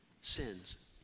sins